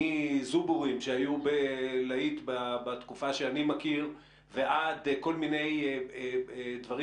מזובורים שהיו להיט בתקופה שאני מכיר ועד כל מיני דברים